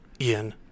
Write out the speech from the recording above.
Ian